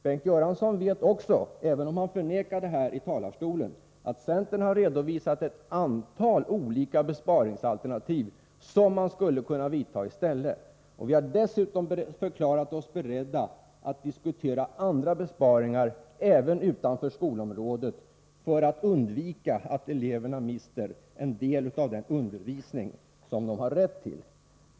Bengt Göransson vet — även om han förnekar det här i talarstolen — att centern har redovisat flera alternativa besparingsåtgärder, som man skulle kunna vidta i stället. Vi har dessutom förklarat oss beredda att diskutera andra besparingar, även utanför skolområdet, för att undvika att eleverna mister en del av den undervisning som de har rätt till.